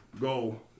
go